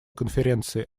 конференции